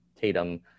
Tatum